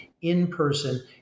in-person